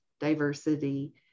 diversity